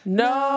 no